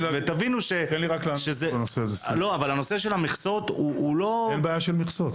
הנושא של המכסות הוא --- אין בעיה של מכסות,